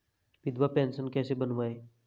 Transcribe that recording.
विधवा पेंशन कैसे बनवायें?